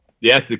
Yes